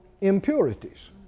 impurities